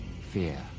fear